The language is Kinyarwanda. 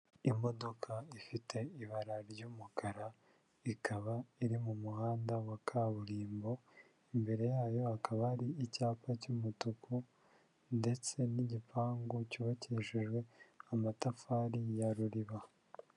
Imodoka ifite ibara ry'umukara, ikaba iri mu muhanda wa kaburimbo, imbere yayo hakaba hari icyapa cy'umutuku ndetse n'igipangu cyubakishijwe amatafari ya Ruriba.